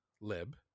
Lib